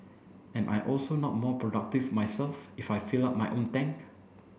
am I also not more productive myself if I filled up my own tank